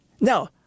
Now